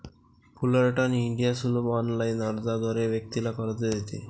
Fullerton India सुलभ online अर्जाद्वारे व्यक्तीला कर्ज देते